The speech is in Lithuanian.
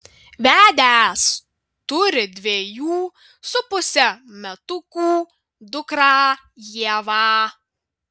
vedęs turi dviejų su puse metukų dukrą ievą